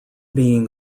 being